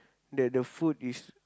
that the food is